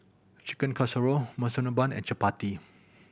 Chicken Casserole Monsunabe and Chapati